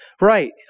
Right